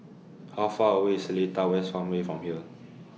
How Far away Seletar West Farmway from here